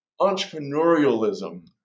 entrepreneurialism